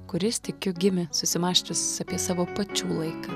kuris tikiu gimė susimąsčius apie savo pačių laiką